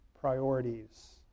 Priorities